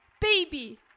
baby